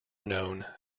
known